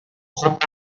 خوب